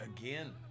again